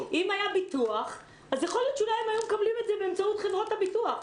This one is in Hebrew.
אם היה ביטוח אז יכול להיות שהם היו מקבלים את זה באמצעות חברות הביטוח.